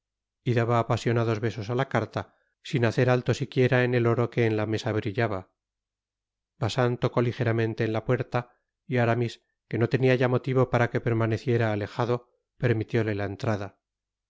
y daba apasionados besos á la carta sin hacer alto siquiera en el oro que en la mesa brillaba bacin tocó ligeramente en la puerta y aramis que no tenia ya motivo para que permaneciera alejado permitióle la entrada